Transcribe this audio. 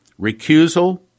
recusal